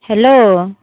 hello